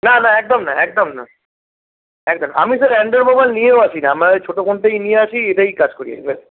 না না একদম না একদম না একদম আমি স্যার অ্যান্ড্রয়েড মোবাইল নিয়েও আসিনা আমার এই ছোটো ফোনটাই নিয়ে আসি এটাই কাজ করি আমি ব্যাস